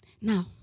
Now